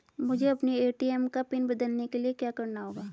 मुझे अपने ए.टी.एम का पिन बदलने के लिए क्या करना होगा?